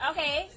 Okay